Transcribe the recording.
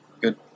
good